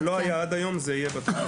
זה לא היה עד היום, זה יהיה בתוכנית.